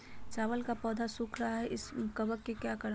चावल का पौधा सुख रहा है किस कबक के करण?